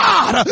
God